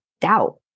doubt